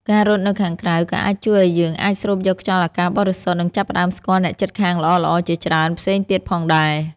ការរត់នៅខាងក្រៅក៏អាចជួយឲ្យយើងអាចស្រូបយកខ្យល់អាកាសបរិសុទ្ធ និងចាប់ផ្ដើមស្គាល់អ្នកជិតខាងល្អៗជាច្រើនផ្សេងទៀតផងដែរ។